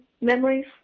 memories